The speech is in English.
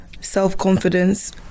self-confidence